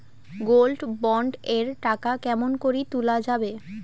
Gold bond এর টাকা কেমন করি তুলা যাবে?